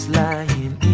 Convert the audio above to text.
lying